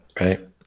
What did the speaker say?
right